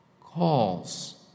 calls